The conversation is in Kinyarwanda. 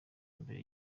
mbere